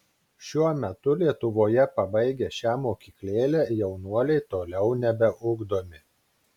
šiuo metu lietuvoje pabaigę šią mokyklėlę jaunuoliai toliau nebeugdomi